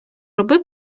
роби